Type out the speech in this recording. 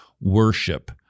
worship